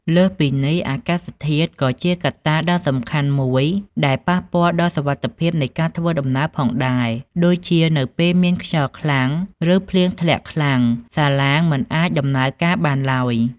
លើសពីនេះ អាកាសធាតុក៏ជាកត្តាដ៏សំខាន់មួយដែលប៉ះពាល់ដល់សុវត្ថិភាពនៃការធ្វើដំណើរផងដែរ ដូចជានៅពេលមានខ្យល់ខ្លាំង ឬភ្លៀងធ្លាក់ខ្លាំង សាឡាងមិនអាចដំណើរការបានឡើយ។